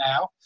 now